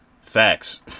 Facts